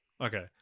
okay